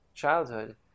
childhood